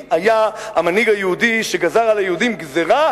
היה המנהיג היהודי שגזר על היהודים גזירה